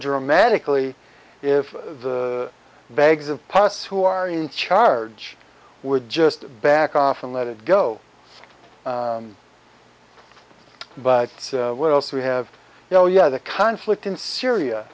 dramatically if the bags of puss who are in charge would just back off and let it go but what else we have you know yeah the conflict in syria